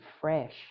fresh